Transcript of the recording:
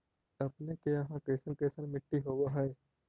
अपने के यहाँ कैसन कैसन मिट्टी होब है?